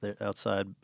outside